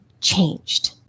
changed